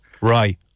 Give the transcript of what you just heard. Right